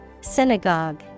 Synagogue